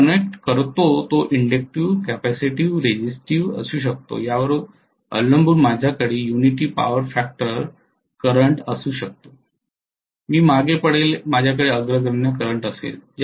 मी connect करतो तो inductive capacitive resistive असू शकतो यावर अवलंबून माझ्याकडे यूनिटी पॉवर फॅक्टर चालू असू शकतो मी मागे पडेल माझ्याकडे अग्रगण्य करंट असेल